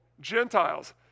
Gentiles